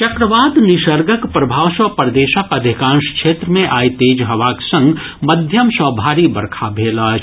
चक्रवात निसर्गक प्रभाव सँ प्रदेशक अधिकांश क्षेत्र मे आइ तेज हवाक संग मध्यम सँ भारी बरखा भेल अछि